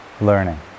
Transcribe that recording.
learning